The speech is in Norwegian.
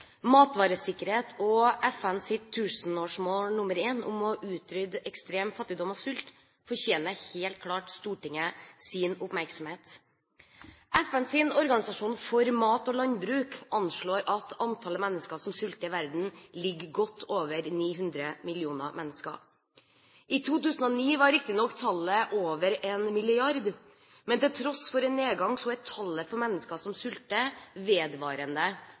Matvaresikkerhet og FNs tusenårsmål nummer én om å utrydde ekstrem fattigdom og sult fortjener helt klart Stortingets oppmerksomhet. FNs organisasjon for mat og landbruk anslår at antallet mennesker som sulter i verden, ligger på godt over 900 millioner. I 2009 var riktignok tallet over 1 milliard, men til tross for en nedgang er tallet på mennesker som sulter, vedvarende